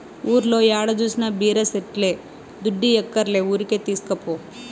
ఊర్లో ఏడ జూసినా బీర సెట్లే దుడ్డియ్యక్కర్లే ఊరికే తీస్కపో